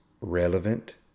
relevant